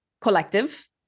collective